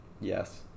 yes